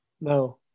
No